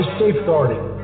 safeguarding